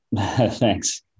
Thanks